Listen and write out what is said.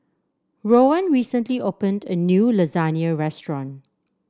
Rowan recently opened a new Lasagna restaurant